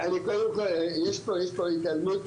קודם כל, יש פה התעלמות,